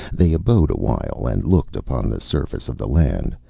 they abode a while, and looked upon the surface of the land,